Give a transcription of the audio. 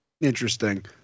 Interesting